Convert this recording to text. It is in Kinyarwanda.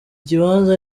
kibanza